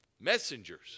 Messengers